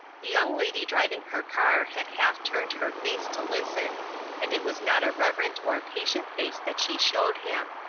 the young lady driving her car had half turned her face to listen and it was not a reverent or a patient face that she showed him.